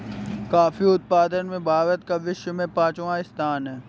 coffee उत्पादन में भारत का विश्व में पांचवा स्थान है